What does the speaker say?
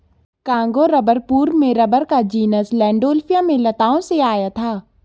Congo rubber पूर्व में rubber का जीनस लैंडोल्फिया में लताओं से आया था